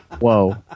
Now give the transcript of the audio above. Whoa